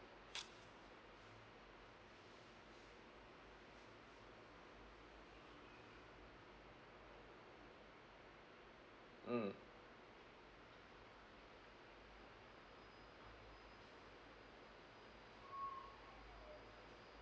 mm